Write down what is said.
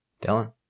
Dylan